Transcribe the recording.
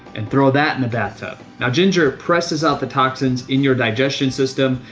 and throw that in the bath tub. now ginger presses out the toxins in your digestion system.